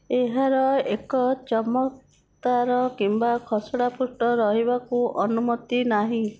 ଏହାର ଏକ ଚମକଦାର କିମ୍ବା ଖସଡ଼ା ପୃଷ୍ଠ ରହିବାକୁ ଅନୁମତି ନାହିଁ